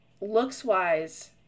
looks-wise